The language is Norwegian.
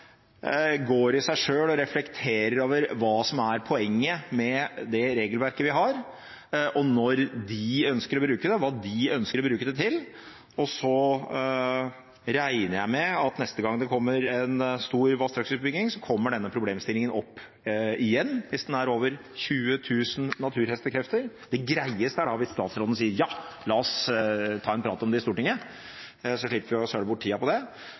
går i seg selv og reflekterer over hva som er poenget med det regelverket vi har, når de ønsker å bruke det, og hva de ønsker å bruke det til. Så regner jeg med at neste gang det kommer en stor vassdragsutbygging, kommer denne problemstillingen opp igjen hvis den er over 20 000 naturhestekrefter. Det greieste er da hvis statsråden sier ja, la oss ta en prat om det i Stortinget, så slipper vi søle bort tida på det.